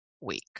week